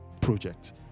project